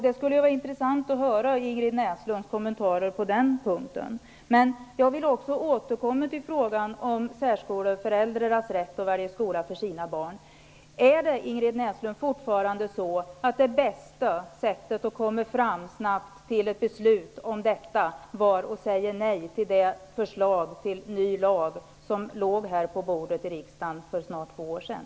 Det skulle vara intressant att höra Ingrid Näslunds kommentarer på den punkten. Jag vill också återkomma till frågan om rätten för föräldrarna till särskolebarnen att välja skola för sina barn. Ingrid Näslund! Var det bästa sättet att snabbt komma fram till ett beslut om detta att säga nej till det förslag till ny lag som låg på riksdagens bord för snart två år sedan?